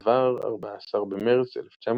דבר, 14 במרץ 1963